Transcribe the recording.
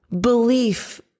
belief